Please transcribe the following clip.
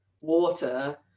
water